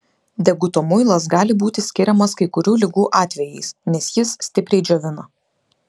deguto muilas gali būti skiriamas kai kurių ligų atvejais nes jis stipriai džiovina